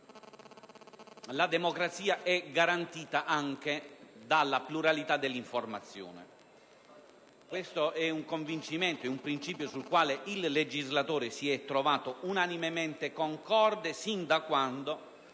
la democrazia è garantita anche dalla pluralità dell'informazione. Questo è un convincimento sul quale il legislatore si è trovato unanimemente concorde sin da quando